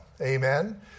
Amen